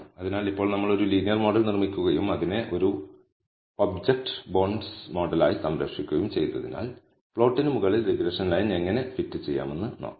അതിനാൽ ഇപ്പോൾ നമ്മൾ ഒരു ലീനിയർ മോഡൽ നിർമ്മിക്കുകയും അതിനെ ഒരു ഒബ്ജക്റ്റ് ബോണ്ട്സ് മോഡായി സംരക്ഷിക്കുകയും ചെയ്തതിനാൽ പ്ലോട്ടിന് മുകളിൽ റിഗ്രഷൻ ലൈൻ എങ്ങനെ ഫിറ്റ് ചെയ്യാമെന്ന് നോക്കാം